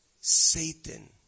Satan